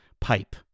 pipe